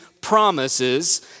promises